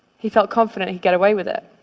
he felt confident he'd get away with it.